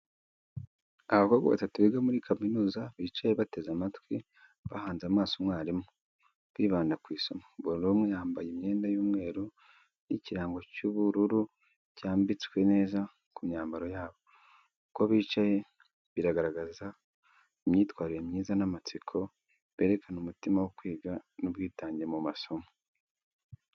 Abakobwa batatu biga muri kaminuza bicaye bateze amatwi, bahanze amaso umwarimu, bibanda ku isomo. Buri umwe yambaye imyenda y’umweru n'ikirango cy’ubururu cyambitswe neza ku myambaro yabo. Uko bicaye bigaragaza imyitwarire myiza n’amatsiko, berekana umutima wo kwiga n’ubwitange mu masomo.